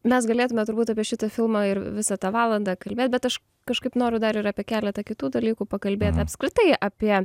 mes galėtume turbūt apie šitą filmą ir visą tą valandą kalbėt bet aš kažkaip noriu dar ir apie keletą kitų dalykų pakalbėt apskritai apie